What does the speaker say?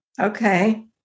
Okay